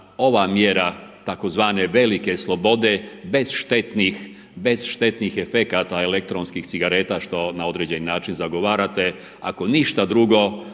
ova mjera tzv. velike slobode bez štetnih efekata elektronskih cigareta što na određeni način zagovarate ako ništa drugo